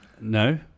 No